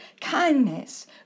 kindness